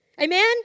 Amen